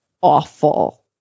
awful